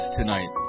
tonight